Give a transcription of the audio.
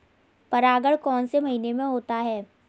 परागण कौन से महीने में होता है?